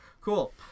cool